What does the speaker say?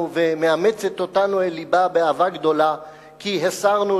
ומאמצת אותנו אל לבה באהבה גדולה כי הסרנו,